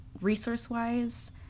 resource-wise